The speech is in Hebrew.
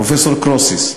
פרופסור קרוסיס.